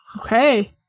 Okay